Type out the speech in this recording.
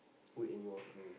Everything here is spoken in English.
wait in your